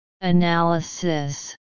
Analysis